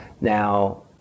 Now